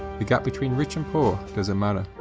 the gap between rich and poor doesn't matter.